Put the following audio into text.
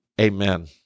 amen